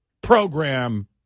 program